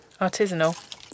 Artisanal